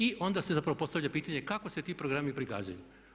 I onda se zapravo postavlja pitanje kako se ti programi prikazuju.